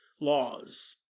laws